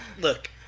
Look